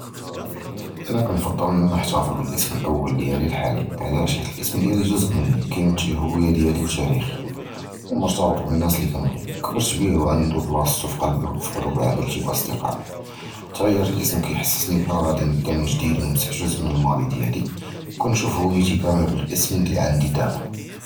אָנָא קִנְפַצֵל נַחְתַּפְּצ בַּאִסְמִי הָאוּל דִיַּלִי הַחַאלִי, עַלַאש? חִית הַאִסְמִי דִיַּלִי גּ'וּזְء מִנִי קִימְתַל הֻוִיַּה דִיַּלִי וְתַארִיחִי וְמֻרְתַבְּט עַל הַנַּאס לִי קִנְבְגִיהוּם, קִבַּרְת בִּיה וְעַנְדוּ בְלַאסְתוּ פִי לְבִּי וּפִי לְבּוּב עַאִילְתִי וְאַצְדִיקָאִי, תַּגְ'יִיר הַאִסְמ קִיְחַסִּסְנִי כִּיפַאש גַּאדִי נִבְדָּא מִן גְּדִיד וְנִמְסַח גּ'וּזְء מִן הַמַּאֻדִי דִיַּלִי, וְקִנְשּוּף הֻוִיְּתִי כַּמָּה בַּאִסְמִי לִי עַנְדִי דַאבָּא.